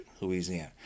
Louisiana